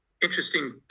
Interesting